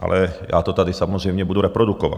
Ale já to tady samozřejmě budu reprodukovat.